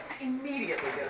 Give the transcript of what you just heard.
Immediately